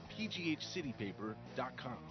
pghcitypaper.com